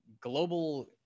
global